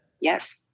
Yes